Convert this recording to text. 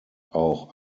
auch